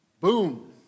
Boom